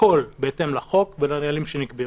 הכול בהתאם לחוק ולנהלים שנקבעו.